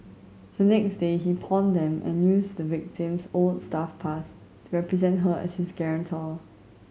the next day he pawned them and used the victim's old staff pass to represent her as his guarantor